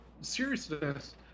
seriousness